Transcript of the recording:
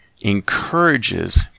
encourages